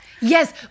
Yes